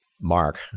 mark